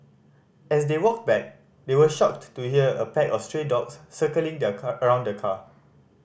as they walked back they were shocked to here a pack of stray dogs circling the car around the car